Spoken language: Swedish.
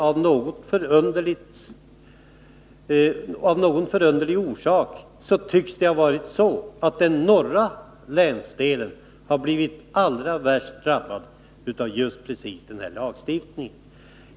Av någon förunderlig orsak tycks den norra länsdelen ha blivit allra värst drabbad av just den här lagstiftningen.